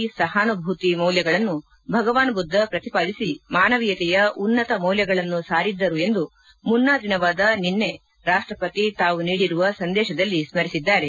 ಅಹಿಂಸೆ ಶಾಂತಿ ಸಹಾನುಭೂತಿ ಮೌಲ್ಯಗಳನ್ನು ಭಗವಾನ್ ಬುದ್ದ ಪ್ರತಿಪಾದಿಸಿ ಮಾನವೀಯತೆಯ ಉನ್ನತ ಮೌಲ್ಯಗಳನ್ನು ಸಾರಿದ್ದರು ಎಂದು ಮುನ್ನಾ ದಿನವಾದ ನಿನ್ನೆ ರಾಷ್ವಪತಿ ತಾವು ನೀಡಿರುವ ಸಂದೇಶದಲ್ಲಿ ಸ್ಪರಿಸಿದ್ದಾರೆ